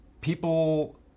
people